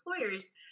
employers